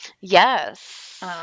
Yes